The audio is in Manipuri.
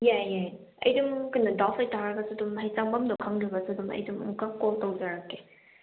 ꯌꯥꯏ ꯌꯥꯏ ꯑꯩ ꯁꯨꯝ ꯀꯩꯅꯣ ꯗꯥꯎꯠ ꯂꯩꯇꯥꯔꯒꯁꯨ ꯑꯗꯨꯝ ꯍꯥꯏꯗꯤ ꯆꯪꯕꯝꯗꯣ ꯈꯪꯗ꯭ꯔꯒꯁꯨ ꯑꯗꯨꯝ ꯑꯩ ꯑꯗꯨꯝ ꯑꯃꯨꯛꯀ ꯀꯣꯜ ꯇꯧꯖꯔꯛꯀꯦ